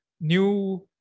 new